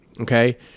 Okay